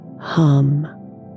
hum